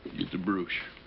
get the barouche.